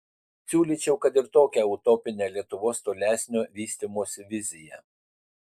siūlyčiau kad ir tokią utopinę lietuvos tolesnio vystymosi viziją